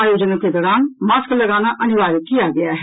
आयोजनों के दौरान मास्क लगाना अनिवार्य किया गया है